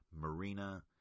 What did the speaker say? Marina